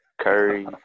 Curry